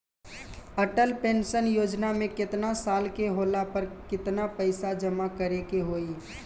Atal pension योजना मे केतना साल के होला पर केतना पईसा जमा करे के होई?